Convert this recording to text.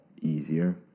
easier